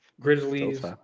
Grizzlies